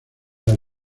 las